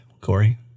Corey